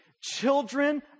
children